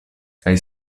kaj